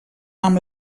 amb